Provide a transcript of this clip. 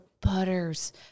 butters